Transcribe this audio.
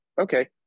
Okay